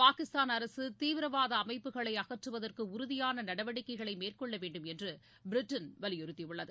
பாகிஸ்தான் அரசு தீவிரவாத அமைப்புகளை அகற்றுவதற்கு உறுதியான நடவடிக்கைகளை மேற்கொள்ள வேண்டும் என்று பிரிட்டன் வலியுறுத்தியுள்ளது